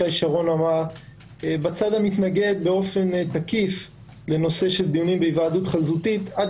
היתה בצד המתנגד באופן תקיף לנושא של דיונים בהיוועדות חזותית עד